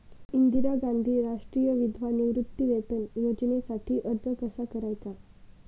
इंदिरा गांधी राष्ट्रीय विधवा निवृत्तीवेतन योजनेसाठी अर्ज कसा करायचा?